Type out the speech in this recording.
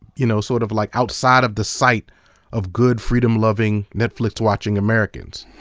you know sort of like outside of the sight of good freedom-loving netflix watching americans.